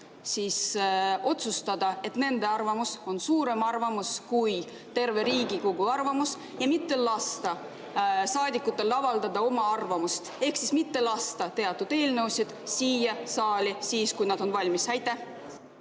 võivad otsustada, et nende arvamus on suurem arvamus kui terve Riigikogu arvamus, ja mitte lasta saadikutel avaldada oma arvamust ehk mitte lasta teatud eelnõusid siia saali siis, kui need on valmis?